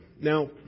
Now